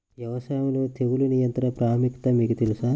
వ్యవసాయంలో తెగుళ్ల నియంత్రణ ప్రాముఖ్యత మీకు తెలుసా?